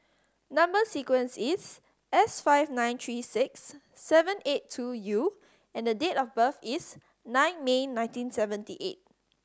number sequence is S five nine three six seven eight two U and date of birth is nine May nineteen seventy eight